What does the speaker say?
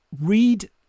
Read